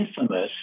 infamous